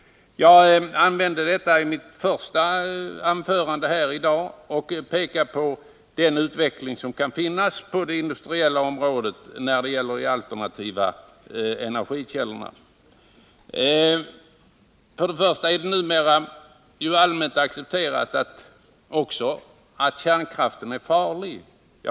Jag talade om detta i mitt första anförande i dag och pekade på den utveckling som kan komma att ske på det industriella området när det gäller de alternativa energikällorna. Det är numera allmänt accepterat att kärnkraften är farlig.